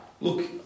Look